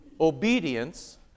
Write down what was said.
obedience